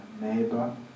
neighbor